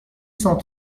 cent